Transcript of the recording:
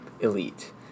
elite